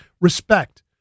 respect